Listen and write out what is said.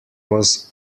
was